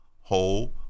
whole